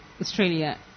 Australia